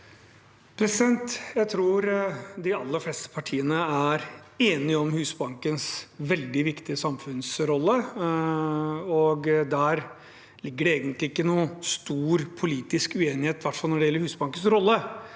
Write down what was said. Jeg tror de aller fleste partiene er enige om Husbankens veldig viktige samfunnsrolle, og der ligger det egentlig ikke noen stor politisk uenighet, i hvert fall når det gjelder Husbankens rolle.